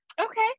okay